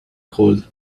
cold